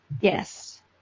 Yes